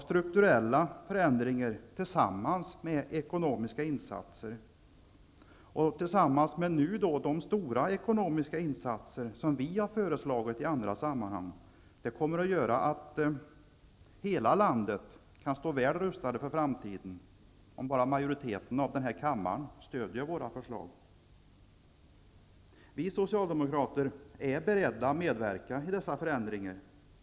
Strukturella förändringar tillsammans med de stora ekonomiska insatser vi föreslagit i andra sammanhang gör att hela landet kan komma att stå väl rustat för framtiden, om bara majoriteten i denna kammare stöder våra förslag. Vi socialdemokrater är beredda att medverka till dessa förändringar.